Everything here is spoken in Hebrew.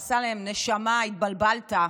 אמסלם, נשמה, התבלבלת.